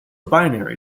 binary